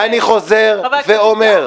אני חוזר ואומר,